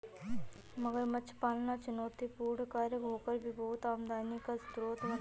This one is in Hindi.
मगरमच्छ पालन चुनौतीपूर्ण कार्य होकर भी बहुत आमदनी का स्रोत बनता है